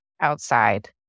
outside